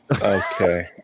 Okay